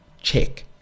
check